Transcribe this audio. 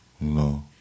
no